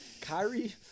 Kyrie